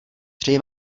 přeji